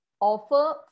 offer